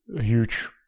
huge